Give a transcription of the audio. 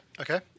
Okay